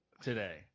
today